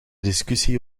discussie